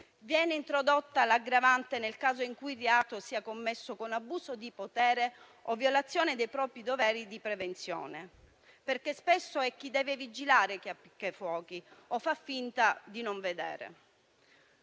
Viene introdotta l'aggravante nel caso in cui il reato sia commesso con abuso di potere o violazione dei propri doveri di prevenzione. Spesso infatti è chi deve vigilare che appicca i fuochi o fa finta di non vedere.